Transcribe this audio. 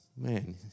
Man